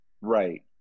right